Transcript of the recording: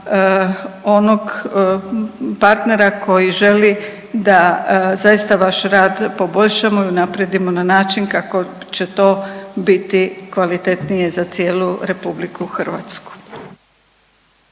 onog partnera koji želi da zaista vaš rad poboljšamo i unaprijedimo na način kako će to biti kvalitetnije za cijelu RH.